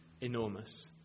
enormous